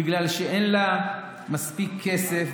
בגלל שאין לה מספיק כסף,